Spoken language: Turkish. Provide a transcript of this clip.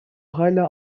hâlâ